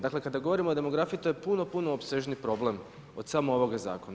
Dakle kada govorimo o demografiji to je puno, puno opsežniji problem od samo ovog zakona.